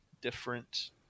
different